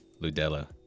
Ludella